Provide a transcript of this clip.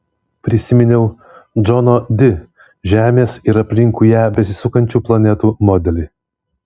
prisiminiau džono di žemės ir aplinkui ją besisukančių planetų modelį